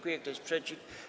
Kto jest przeciw?